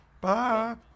Bye